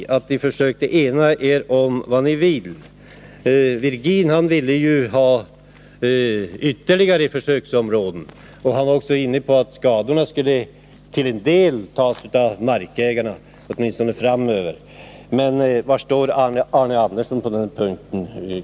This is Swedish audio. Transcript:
Jan-Eric Virgin ville ha ytterligare försöksområden och var också inne på att skadorna till en del skulle tas av markägarna, åtminstone framöver. Var står Arne Andersson på den punkten?